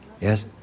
yes